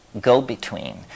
go-between